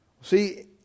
See